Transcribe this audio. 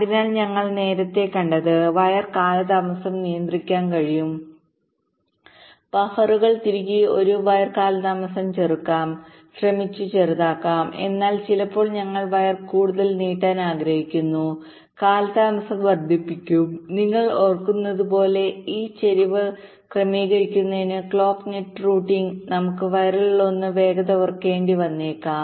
അതിനാൽ ഞങ്ങൾ നേരത്തെ കണ്ടത് വയർ കാലതാമസം നിയന്ത്രിക്കാൻ കഴിയും ബഫറുകൾ തിരുകി ഒരു വയർ കാലതാമസം ചെറുതാക്കാം ശ്രമിച്ചു ചെറുതാക്കാം എന്നാൽ ചിലപ്പോൾ ഞങ്ങൾ വയർ കൂടുതൽ നീട്ടാൻ ആഗ്രഹിക്കുന്നു കാലതാമസം വർദ്ധിപ്പിക്കും നിങ്ങൾ ഓർക്കുന്നത് പോലെ ഈ ചരിവ് ക്രമീകരിക്കുന്നതിന് ക്ലോക്ക് നെറ്റ് റൂട്ടിംഗ് നമുക്ക് വയറുകളിലൊന്ന് വേഗത കുറയ്ക്കേണ്ടി വന്നേക്കാം